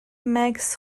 max